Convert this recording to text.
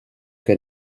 che